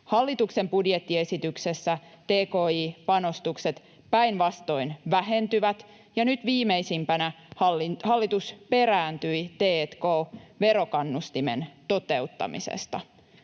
Hallituksen budjettiesityksessä tki-panostukset päinvastoin vähentyvät, ja nyt viimeisimpänä hallitus perääntyi t&k-verokannustimen toteuttamisesta.